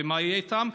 ומה יהיה איתם?